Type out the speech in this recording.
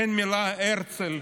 אין מילה על הרצל,